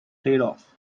playoff